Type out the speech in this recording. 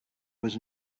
was